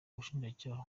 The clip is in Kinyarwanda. ubushinjacyaha